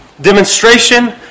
demonstration